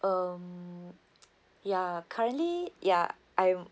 um ya currently ya I'm